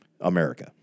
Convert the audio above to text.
America